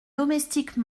domestique